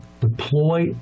deploy